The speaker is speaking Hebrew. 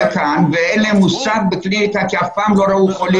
לכאן ואין להם מושג בקליניקה כי הם אף פעם לא ראו חולה.